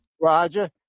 roger